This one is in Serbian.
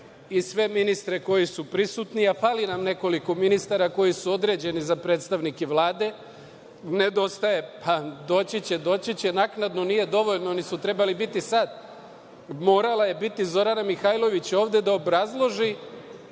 i sve ministre koji su prisutni, a fali nam nekoliko ministara koji su određeni za predstavnike Vlade, nedostaje, pa doći će, naknadno, nije dovoljno, oni su trebali biti sad, morala je biti Zorana Mihajlović ovde da obrazloži